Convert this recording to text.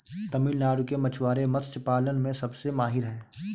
तमिलनाडु के मछुआरे मत्स्य पालन में सबसे माहिर हैं